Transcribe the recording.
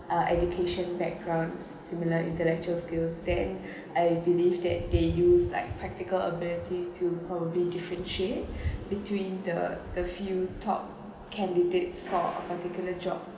uh education backgrounds similar intellectual skills then I believe that they use like practical ability to probably differentiate between the the few top candidates for particular job